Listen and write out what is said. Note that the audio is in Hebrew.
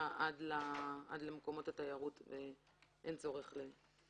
עד למקומות התיירות ואין צורך בכך.